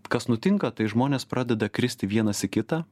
kas nutinka tai žmonės pradeda kristi vienas į kitą